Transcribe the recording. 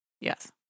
Yes